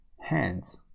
hands